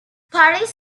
parties